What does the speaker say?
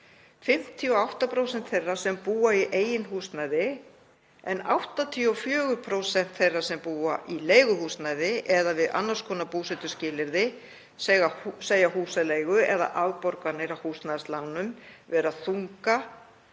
58% þeirra sem búa í eigin húsnæði en 84% þeirra sem búa í leiguhúsnæði eða við annars konar búsetuskilyrði segja húsaleigu eða afborganir af húsnæðislánum vera þunga